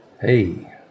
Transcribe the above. Hey